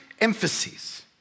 emphases